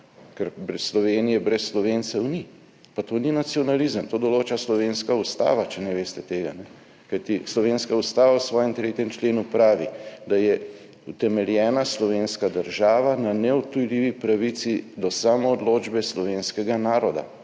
Ker Slovenije brez Slovencev ni. Pa to ni nacionalizem, to določa slovenska ustava, če ne veste tega. Kajti slovenska ustava v svojem 3. členu pravi, da je utemeljena slovenska država na neodtujljivi pravici do samoodločbe slovenskega naroda.